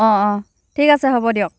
অ' অ' ঠিক আছে হ'ব দিয়ক